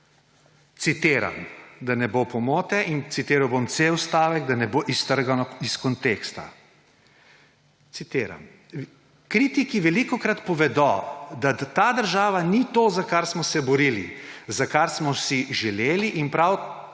citiram, da ne bo pomote, in citiral bom cel stavek, da ne bo iztrgano iz konteksta: »Kritiki velikokrat povedo, da ta država ni to, za kar smo se borili, za kar smo si želeli. In prav